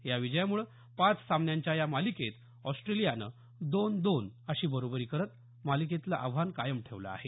या विजयामुळे पाच सामन्यांच्या या मालिकेत ऑस्ट्रेलियानं दोन दोन अशी बरोबरी करत मालिकेतलं आव्हान कायम ठेवलं आहे